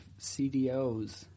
CDOs